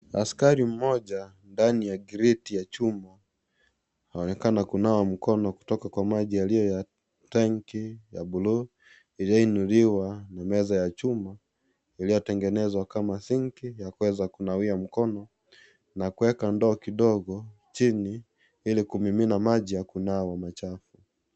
Askari mmoja ndani ya kriti ya chuma aonekana kunawa mkono kutoka Kwa maji yaliyo ya tangi ya bluu iliyoinuliwa na meza ya chuma iliyotengenezwa kama sinki ya kuweza kunawia mkono na kuweka ndoo kidogo chini ili kumimina maji ya kunawa machafu.